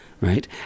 right